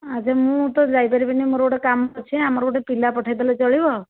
ଆରେ ମୁଁ ତ ଯାଇପାରିବିନି ମୋର ଗୋଟିଏ କାମ ଅଛି ଆମର ଗୋଟିଏ ପିଲା ପଠେଇ ଦେଲେ ଚଳିବ